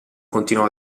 continuò